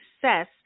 success